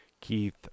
Keith